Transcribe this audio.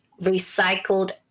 recycled